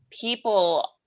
people